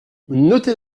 notez